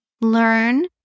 learn